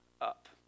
up